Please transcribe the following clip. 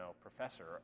professor